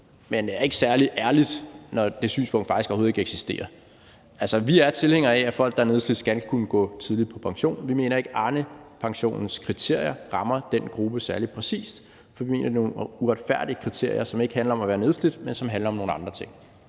men det er ikke særlig ærligt, når det synspunkt faktisk overhovedet ikke eksisterer. Altså, vi er tilhængere af, at folk, der er nedslidte, skal kunne gå tidligt på pension. Vi mener ikke, at Arnepensionens kriterier rammer den gruppe særlig præcist, for vi mener, at det er nogle uretfærdige kriterier, som ikke handler om at være nedslidt, men som handler om nogle andre ting.